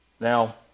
Now